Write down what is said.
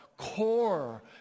Core